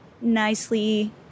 nicely